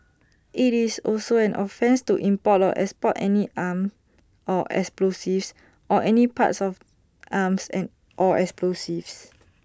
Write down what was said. IT is also an offence to import or export any arms or explosives or any parts of arms and or explosives